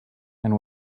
and